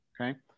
Okay